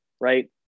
right